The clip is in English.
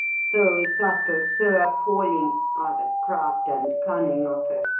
so subtle, so appalling are the craft and cunning of her.